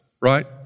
right